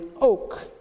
oak